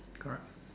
correct